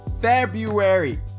February